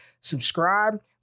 subscribe